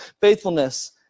faithfulness